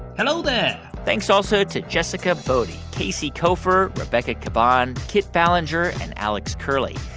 hello there thanks also to jessica boddy, casey koeffer, rebecca caban, kit ballenger and alex curley.